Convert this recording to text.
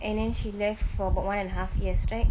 and then she left for about one and half years right